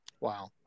Wow